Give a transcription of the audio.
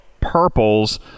Purple's